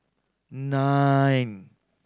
nine